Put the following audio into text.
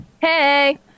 Hey